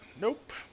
Nope